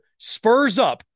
SPURSUP